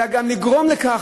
אלא גם לגרום לכך,